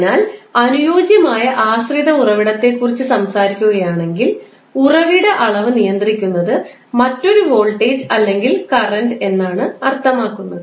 അതിനാൽ അനുയോജ്യമായ ആശ്രിത ഉറവിടത്തെക്കുറിച്ച് സംസാരിക്കുകയാണെങ്കിൽ ഉറവിട അളവ് നിയന്ത്രിക്കുന്നത് മറ്റൊരു വോൾട്ടേജ് അല്ലെങ്കിൽ കറൻറ് എന്നാണ് അർത്ഥമാക്കുന്നത്